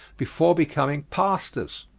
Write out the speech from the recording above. before becoming pastors?